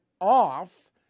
off